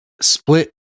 split